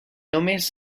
homes